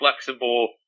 flexible